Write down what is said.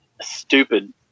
stupid